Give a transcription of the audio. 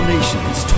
Nation's